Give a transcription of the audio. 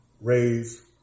raise